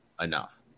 enough